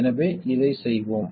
எனவே இதைச் செய்வோம்